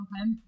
Okay